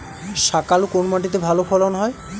শাকালু কোন মাটিতে ভালো ফলন হয়?